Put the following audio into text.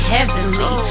Heavenly